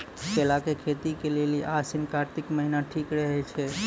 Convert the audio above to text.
केला के खेती के लेली आसिन कातिक महीना ठीक रहै छै